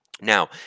now